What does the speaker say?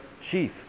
chief